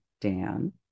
Dan